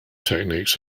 techniques